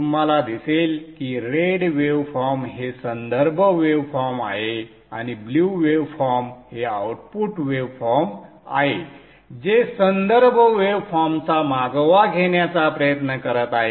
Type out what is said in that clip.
तुम्हाला दिसेल की रेड वेव फॉर्म हे संदर्भ वेवफॉर्म आहे आणि ब्लू वेव फॉर्म हे आउटपुट वेवफॉर्म आहे जे संदर्भ वेवफॉर्मचा मागोवा घेण्याचा प्रयत्न करत आहे